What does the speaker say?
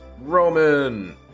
Roman